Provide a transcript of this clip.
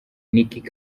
nick